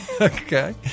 Okay